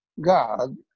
God